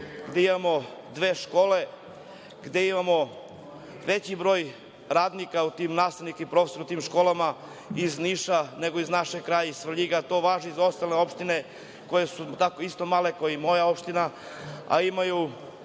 gde imamo dve škole, gde imamo veći broj radnika, nastavnika i profesora u tim školama iz Niša, nego iz našeg kraja, iz Svrljiga. To važi i za ostale opštine koje su isto male kao i moja opština, a imaju